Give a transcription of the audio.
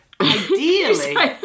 ideally